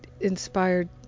inspired